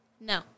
No